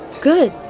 Good